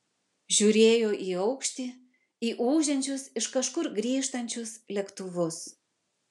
žiūrėjo į aukštį į ūžiančius iš kažkur grįžtančius lėktuvus